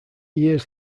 years